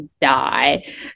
die